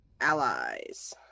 allies